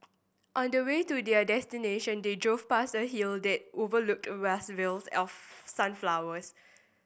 on the way to their destination they drove past a hill that overlooked vast fields sunflowers